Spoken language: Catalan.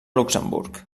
luxemburg